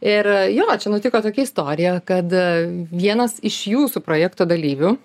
ir jo čia nutiko tokia istorija kad vienas iš jūsų projekto dalyvių